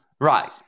Right